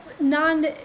non